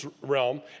realm